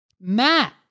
Matt